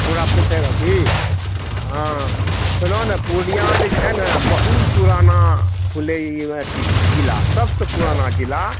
हमरा पूछए रऽ की हँ सुनए ने पूर्णिया जे छै ने बहुत पुराना होलै अथि जिला सबसँ पुराना जिला